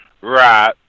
Right